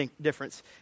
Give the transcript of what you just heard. difference